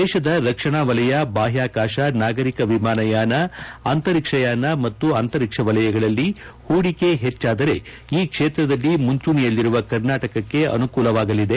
ದೇಶದ ರಕ್ಷಣಾ ವಲಯ ಬಾಹ್ಯಾಕಾಶ ನಾಗರಿಕ ವಿಮಾನಯಾನ ಅಂತರಿಕ್ಷ ಯಾನ ಮತ್ತು ಅಂತರಿಕ್ಷ ವಲಯಗಳಲ್ಲಿ ಹೂಡಿಕೆ ಹೆಜ್ವಾದರೆ ಈ ಕ್ಷೇತ್ರದಲ್ಲಿ ಮುಂಚೂಣಿಯಲ್ಲಿರುವ ಕರ್ನಾಟಕಕ್ಕೆ ಅನುಕೂಲವಾಗಲಿದೆ